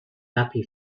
happy